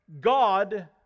God